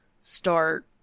start